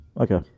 Okay